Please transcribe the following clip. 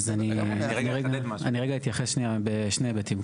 אז רגע אתייחס שנייה בשני היבטים.